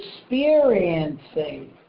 experiencing